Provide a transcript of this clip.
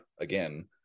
Again